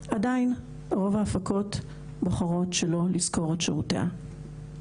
עדיין רוב ההפקות בוחרות שלא לשכור את שירותיה.